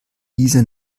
diese